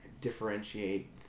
differentiate